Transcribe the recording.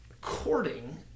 courting